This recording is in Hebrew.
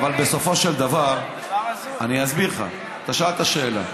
אבל בסופו של דבר, אני אסביר לך, שאלת שאלה.